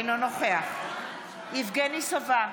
אינו נוכח יבגני סובה,